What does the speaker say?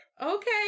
Okay